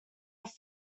off